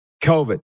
COVID